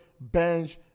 bench